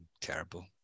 terrible